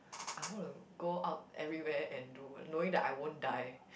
I'm gonna go out everywhere and do what knowing that I won't die